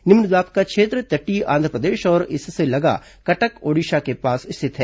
निम्न दाब का क्षेत्र तटीय आंध्रप्रदेश और इससे लगा कटक ओडिशा के पास स्थित है